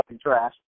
trash